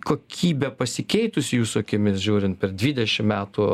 kokybė pasikeitusi jūsų akimis žiūrint per dvidešim metų